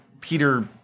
Peter